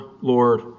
lord